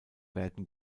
werden